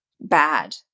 bad